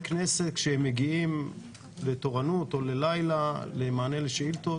כנסת כשהם מגיעים לתורנות או ללילה למענה לשאילתות.